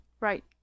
Right